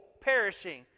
perishing